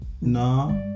Nah